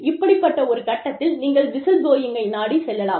இப்படிப்பட்ட ஒரு கட்டத்தில் நீங்கள் விசில் புளோயிங்கை நாடிச் செல்லலாம்